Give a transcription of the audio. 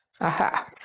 Aha